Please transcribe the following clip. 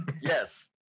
yes